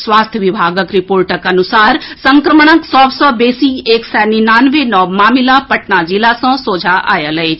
स्वास्थ्य विभागक रिपोर्टक अनुसार संक्रमणक सभ सँ बेसी एक सय निन्यानवे नव मामिला पटना जिला सँ सोझा आयल अछि